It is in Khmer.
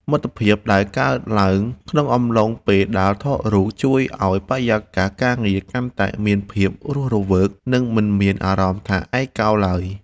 មិត្តភាពដែលកើតឡើងក្នុងអំឡុងពេលដើរថតរូបជួយឱ្យបរិយាកាសការងារកាន់តែមានភាពរស់រវើក និង មិនមានអារម្មណ៍ថាឯកោឡើយ។